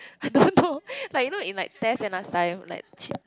I don't know like you know in like tests then last time like cheat